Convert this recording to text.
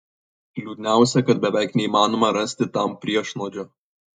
liūdniausia kad beveik neįmanoma rasti tam priešnuodžio